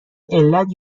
علت